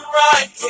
right